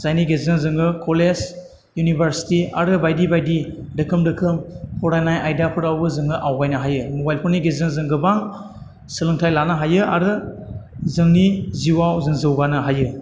जायनि गेजेरजों जोङो कलेज इउनिभारसिटि आरो बायदि बायदि बे रोखोम रोखोम फरायनाय आयदाफोरावबो जोङो आवगायनो हायो मबाइल फननि गेजेरजों जों गोबां सोलोंथाइ लानो हायो आरो जोंनि जिउआव जों जौगानो हायो